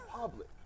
public